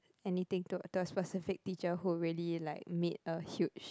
anything to to a specific teacher who really like make a huge